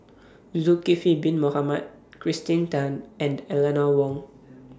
Zulkifli Bin Mohamed Kirsten Tan and Eleanor Wong